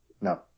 No